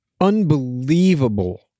unbelievable